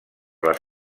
les